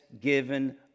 given